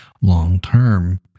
long-term